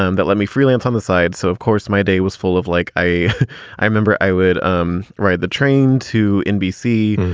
um let me freelance on the side. so of course, my day was full of like i i remember i would um ride the train to nbc.